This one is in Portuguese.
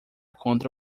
contra